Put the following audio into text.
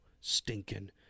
stinking